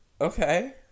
Okay